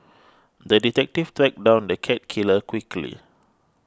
the detective tracked down the cat killer quickly